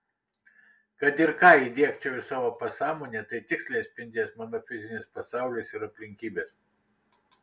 kad ir ką įdiegčiau į savo pasąmonę tai tiksliai atspindės mano fizinis pasaulis ir aplinkybės